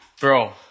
Bro